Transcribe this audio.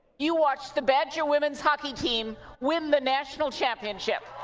you watched the badger women's hockey team win the national championship!